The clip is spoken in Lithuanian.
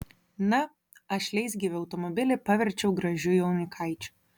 na aš leisgyvį automobilį paverčiau gražiu jaunikaičiu